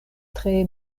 tre